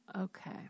Okay